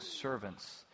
servants